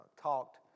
talked